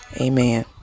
Amen